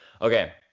Okay